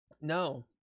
no